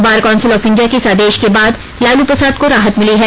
bar Council of India के इस आदेश के बाद लालू प्रसाद को राहत मिली है